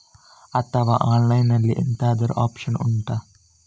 ಅಥವಾ ಆನ್ಲೈನ್ ಅಲ್ಲಿ ಎಂತಾದ್ರೂ ಒಪ್ಶನ್ ಉಂಟಾ